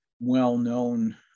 well-known